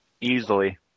Easily